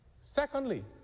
Secondly